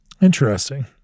Interesting